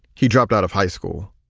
he dropped out of high school.